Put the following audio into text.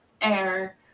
air